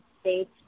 States